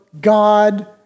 God